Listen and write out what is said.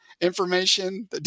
information